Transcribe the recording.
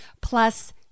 plus